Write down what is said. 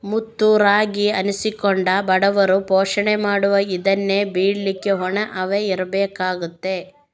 ಮುತ್ತು ರಾಗಿ ಅನ್ನಿಸಿಕೊಂಡ ಬಡವರ ಪೋಷಣೆ ಮಾಡುವ ಇದನ್ನ ಬೆಳೀಲಿಕ್ಕೆ ಒಣ ಹವೆ ಇರ್ಬೇಕಾಗ್ತದೆ